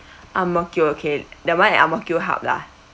Ang Mo Kio okay that one is Ang Mo Kio hub lah